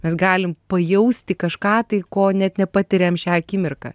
mes galim pajausti kažką tai ko net nepatiriam šią akimirką